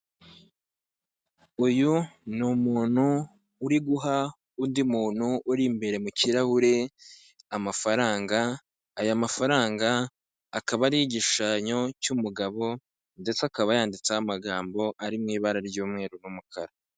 Uyu ni umuntu uri guha undi muntu uri imbere mu kirahure amafaranga, aya mafaranga akaba ariho igishushanyo cy'mugabo ndetse akaba yanditseho amagambo ari mu ibara ry'umweru n'umukara.